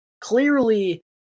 clearly